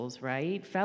right